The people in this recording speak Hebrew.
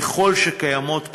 ככל שקיימות כאלה,